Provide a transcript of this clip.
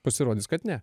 pasirodys kad ne